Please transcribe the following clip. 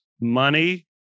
money